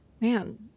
man